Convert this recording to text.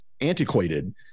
antiquated